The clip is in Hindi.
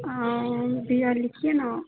हाँ भैया लिखिए न